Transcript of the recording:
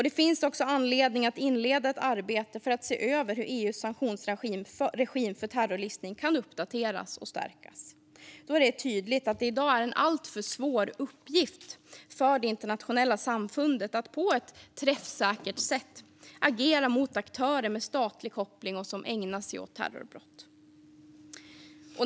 Det finns också anledning att inleda ett arbete för att se över hur EU:s sanktionsregim när det gäller terrorlistning kan uppdateras och stärkas då det är tydligt att det i dag är en alltför svår uppgift för det internationella samfundet att på ett träffsäkert sätt agera mot aktörer med statlig koppling som ägnar sig åt terrorbrott.